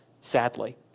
sadly